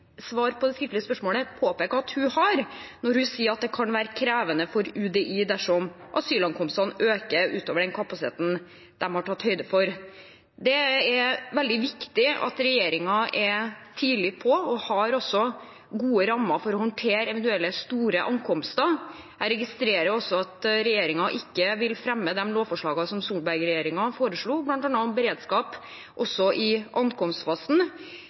svar på det skriftlige spørsmålet, påpeker at hun har, når hun sier at det kan være krevende for UDI dersom asylankomstene øker utover den kapasiteten de har tatt høyde for. Det er veldig viktig at regjeringen er tidlig på og har gode rammer for å håndtere eventuelle, store ankomster. Jeg registrerer også at regjeringen ikke vil fremme de lovforslagene som Solberg-regjeringen la fram, bl.a. om beredskap også i ankomstfasen.